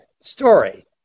story